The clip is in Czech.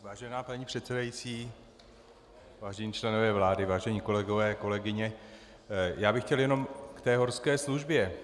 Vážená paní předsedající, vážení členové vlády, vážení kolegové, kolegyně, já bych chtěl jenom k té horské službě.